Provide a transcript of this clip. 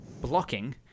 blocking